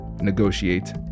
negotiate